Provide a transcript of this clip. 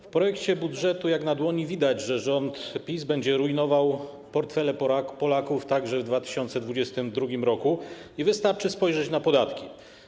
W projekcie budżetu jak na dłoni widać, że rząd PiS będzie rujnował portfele Polaków także w 2022 r. i wystarczy spojrzeć na podatki.